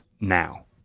now